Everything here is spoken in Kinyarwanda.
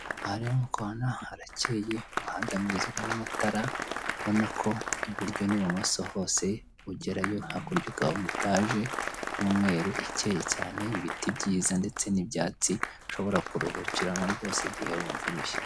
Aha rero nk'uko ubibona haraheye umuhanda mwiza uriho amatara, ubona ko iburyo n'ibumoso hose ugerayo, hakurya ukaba ubona etaje, y'umweru icyeye cyane ibiti byiza ndetse n'ibyatsi ushobora kuruhukiramo rwose igihe wumva urushye.